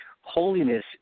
holiness